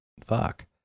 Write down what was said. fuck